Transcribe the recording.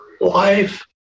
life